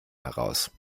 heraus